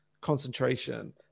concentration